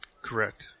Correct